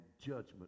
judgment